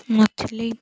ନଥିଲି